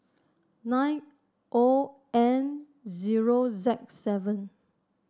nine O N zero Z seven